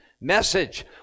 message